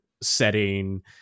setting